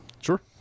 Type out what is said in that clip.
Sure